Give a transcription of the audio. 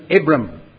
Abram